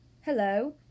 Hello